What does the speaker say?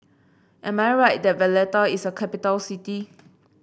am I right that Valletta is a capital city